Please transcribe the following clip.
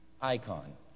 Icon